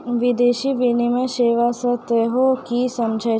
विदेशी विनिमय सेवा स तोहें कि समझै छौ